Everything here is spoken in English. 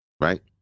right